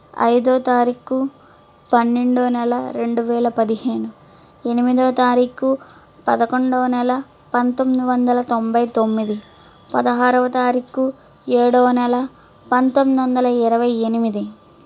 ఐదో తారీకు పన్నెండో నెల రెండు వేల పదిహేను ఎనిమిదో తారీకు పదకొండవ నెల పంతొమ్మిది వందల తొంభై తొమ్మిది పదహారవ తారీకు ఏడో నెల పంతొమ్మిది వందల ఇరవై ఎనిమిది